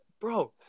bro